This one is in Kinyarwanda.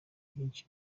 byinshi